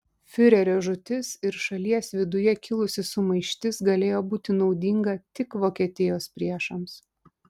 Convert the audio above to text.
fiurerio žūtis ir šalies viduje kilusi sumaištis galėjo būti naudinga tik vokietijos priešams